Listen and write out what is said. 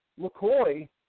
McCoy